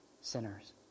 sinners